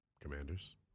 Commanders